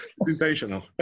Sensational